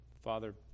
Father